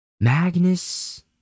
Magnus